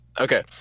Okay